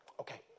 Okay